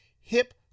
hip